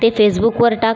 ते फेसबुकवर टाक